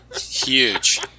Huge